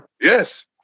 yes